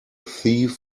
thief